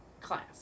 class